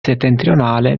settentrionale